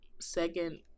second